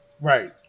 Right